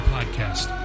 Podcast